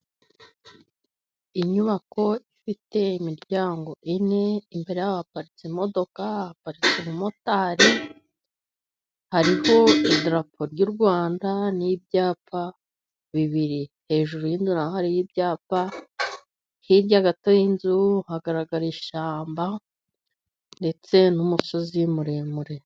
Inyubako ifite imiryango ine, imbere yaho haparitse imodoka, haparitse umumotari, hariho idarapo ry'u Rwanda n'ibyapa bibiri. Hejuru y'inzu na ho hariyo ibyapa. Hirya gato y'inzu hagaragara ishyamba ndetse n'umusozi muremure.